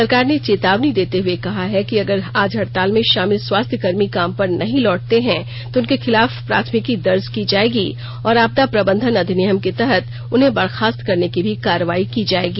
सरकार ने चेतावनी देते हुए कहा है कि अगर आज हडताल में शामिल स्वास्थ्य कर्मी काम पर नहीं लौटते हैं तो उनके खिलाफ प्राथमिकी दर्ज की जाएगी और आपदा प्रबंधन अधिनियम के तहत उन्हें बर्खास्त करने की भी कार्रवाई की जाएगी